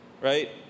right